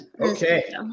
Okay